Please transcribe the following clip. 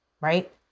right